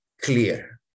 clear